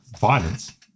Violence